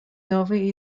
новые